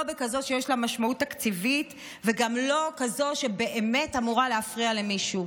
לא כזו שיש לה משמעות תקציבית וגם לא כזו שבאמת אמורה להפריע למישהו.